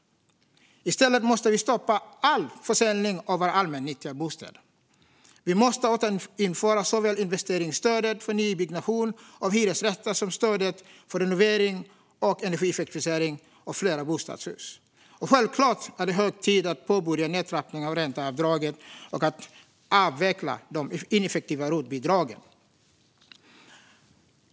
I stället måste vi stoppa all försäljning av våra allmännyttiga bostäder. Vi måste återinföra såväl investeringsstödet för nybyggnation av hyresrätter som stödet för renovering och energieffektivisering av flerbostadshus. Och självklart är det hög tid att påbörja nedtrappningen av ränteavdraget och att avveckla de ineffektiva rotbidragen.